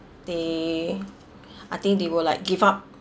they I think they will like give up